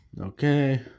okay